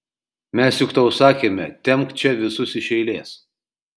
mes juk tau sakėme tempk čia visus iš eilės